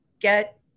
get